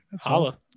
Holla